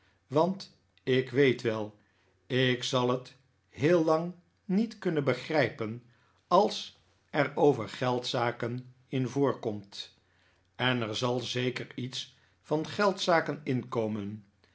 want ik weet wel ik zal het heel lang niet kunnen begrijpen als er over geldzaken in voorkomt en er zal zeker iets van geldzaken in